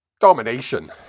Domination